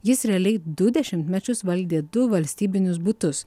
jis realiai du dešimtmečius valdė du valstybinius butus